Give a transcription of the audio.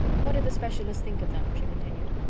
what did the specialist think of them? she continued.